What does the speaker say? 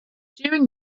during